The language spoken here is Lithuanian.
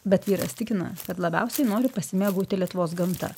bet vyras tikina kad labiausiai nori pasimėgauti lietuvos gamta